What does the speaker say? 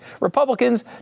Republicans